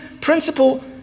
principle